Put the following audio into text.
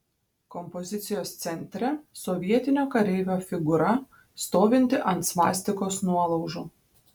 kompozicijos centre sovietinio kareivio figūra stovinti ant svastikos nuolaužų